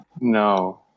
No